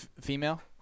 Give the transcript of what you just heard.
Female